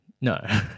No